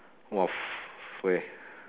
!wah! f~ where